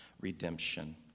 redemption